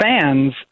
fans